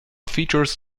features